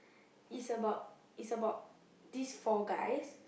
is about is about this four guys